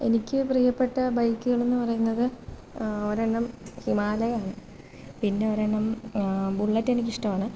എനിക്ക് പ്രിയപ്പെട്ട ബൈക്കുകളെന്നു പറയുന്നത് ഒരെണ്ണം ഹിമാലയം പിന്നെ ഒരെണ്ണം ബുള്ളറ്റ് എനിക്കിഷ്ടമാണ്